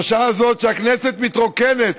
בשעה הזאת שהכנסת מתרוקנת,